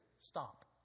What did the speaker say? stop